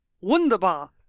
Wunderbar